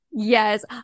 Yes